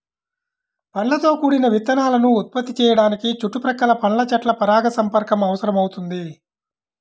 పండ్లతో కూడిన విత్తనాలను ఉత్పత్తి చేయడానికి చుట్టుపక్కల పండ్ల చెట్ల పరాగసంపర్కం అవసరమవుతుంది